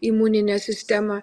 imuninę sistemą